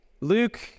Luke